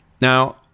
Now